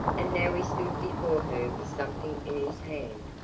and now he stood before her with something in his hand.